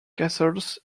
castles